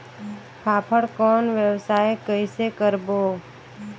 फाफण कौन व्यवसाय कइसे करबो?